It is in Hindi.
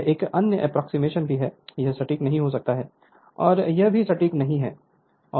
यह एक अन्य एप्रोक्सीमेशन भी है यह सटीक नहीं हो सकता है और यह भी सटीक नहीं है और यह भी S 1 पर है